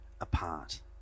apart